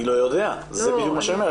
אני לא יודע, זה בדיוק מה שאני אומר.